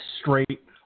straight